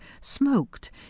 smoked